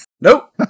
Nope